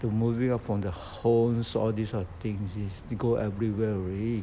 the moving up from their homes all these kinds of things go everywhere already